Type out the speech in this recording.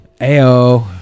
Ayo